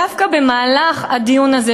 דווקא במהלך הדיון הזה,